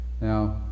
now